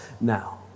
now